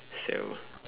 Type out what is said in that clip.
still